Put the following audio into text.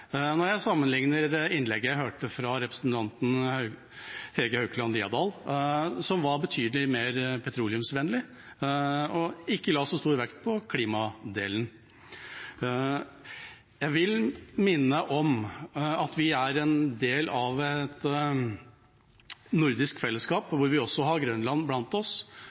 når jeg sammenligner med innlegget jeg hørte fra representanten Hege Haukeland Liadal, som var betydelig mer petroleumsvennlig og ikke la så stor vekt på klimadelen. Jeg vil minne om at vi er en del av et nordisk fellesskap, og vi har også Grønland blant oss.